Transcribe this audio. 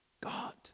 God